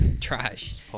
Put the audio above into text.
Trash